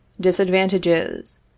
disadvantages